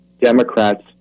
Democrats